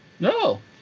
No